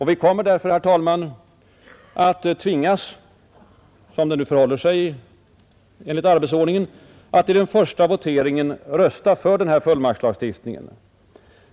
Vi kommer därför, herr talman, som det nu förhåller sig att enligt arbetsordningen tvingas att i den första voteringen rösta för fullmakts lagstiftningen.